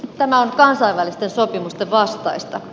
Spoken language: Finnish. tämä on kansainvälisten sopimusten vastaista